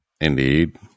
Indeed